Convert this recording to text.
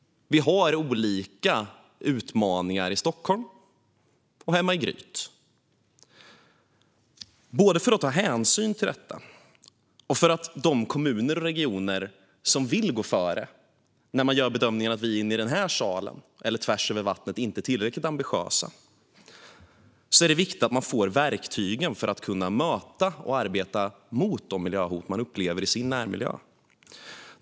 Vi har olika utmaningar i Stockholm och hemma i Gryt. För att ta hänsyn till detta, och för att de kommuner och regioner som vill gå före när de gör bedömningen att vi i den här salen eller tvärs över vattnet inte är tillräckligt ambitiösa, är det viktigt att ge verktyg för att man ska kunna möta och arbeta mot de miljöhot man upplever i sin närmiljö.